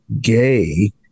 gay